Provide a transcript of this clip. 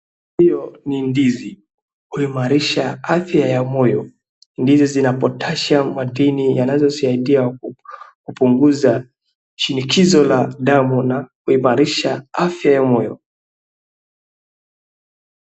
Hiyo ni ndizi. Huimarisha afya ya moyo. Ndizi zina (cs)potassium(cs) madini yanazosaidia kupunguza shinikizo la damu na huimarisha afya ya moyo.